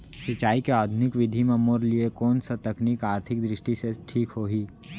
सिंचाई के आधुनिक विधि म मोर लिए कोन स तकनीक आर्थिक दृष्टि से ठीक होही?